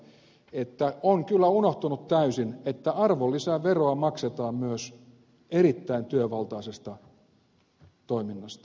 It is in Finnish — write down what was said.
katajalle että on kyllä unohtunut täysin että arvonlisäveroa maksetaan myös erittäin työvaltaisesta toiminnasta